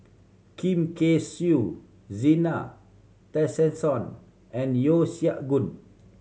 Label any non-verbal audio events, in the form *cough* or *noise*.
*unintelligible* Kay Siu Zena Tessensohn and Yeo Siak Goon